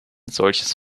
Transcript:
solches